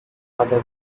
other